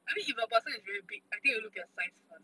I mean if a person is very big I think you will look at the size first